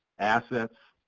assets,